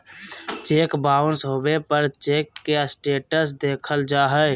cheque bounce होबे पर cheque के स्टेटस देखल जा हइ